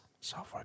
software